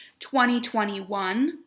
2021